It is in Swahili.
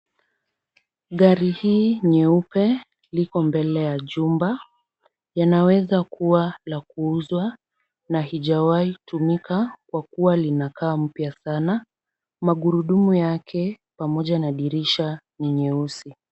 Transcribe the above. Gari hii nyeupe liko mbele ya jumba. Yanaweza kuwa la kuuzwa na haijawahi tumika kwa kuwa linakaa mpya sana. Magurudumu yake pamoja na dirisha ni nyeusi.